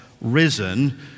Risen